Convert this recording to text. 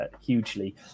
hugely